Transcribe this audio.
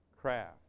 craft